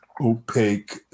opaque